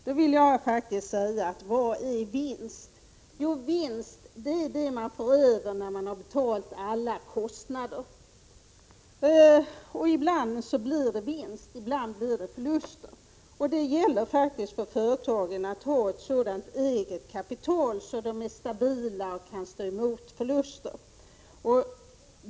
Då vill jag fråga: Vad är vinst? Jo, vinst är det som man får över när man betalat alla kostnader. Ibland blir det vinst, och ibland blir det förlust. Det gäller faktiskt för företagen att ha ett sådant eget kapital att de är stabila och kan stå emot förluster.